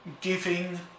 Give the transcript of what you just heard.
giving